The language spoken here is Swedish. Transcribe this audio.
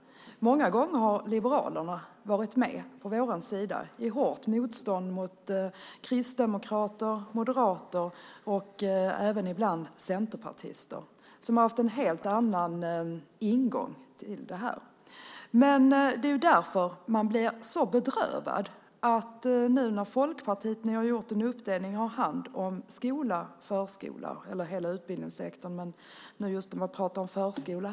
Många gånger har liberalerna varit på vår sida i hårt motstånd mot kristdemokrater, moderater och ibland även centerpartister som har haft en helt annan ingång i det här. Det är därför man blir så bedrövad. Nu har Folkpartiet - ni har ju gjort en uppdelning - hand om skola och förskola. Ni har hand om hela utbildningssektorn, men just nu pratar vi om förskola.